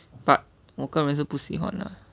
but 我个人是不喜欢啦